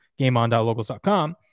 gameon.locals.com